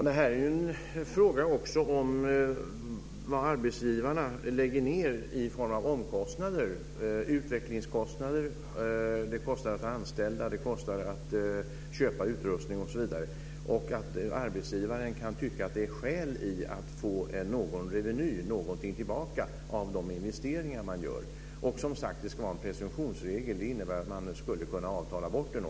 Fru talman! Det är också en fråga om arbetsgivarnas omkostnader. Arbetsgivarna har utvecklingskostnader. Det kostar att ha anställda, att köpa utrustning osv. Arbetsgivaren kan tycka att det är skäl att få en reveny av de investeringar man gör. Det ska vara en presumtionsregel, vilket innebär att man kan avtala bort den.